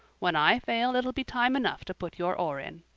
when i fail it'll be time enough to put your oar in.